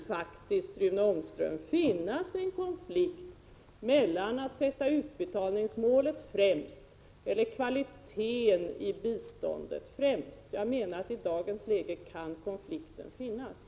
Det kan faktiskt, Rune Ångström, finnas en konflikt mellan att sätta utbetalningsmålet främst och att sätta kvaliteten i biståndet främst.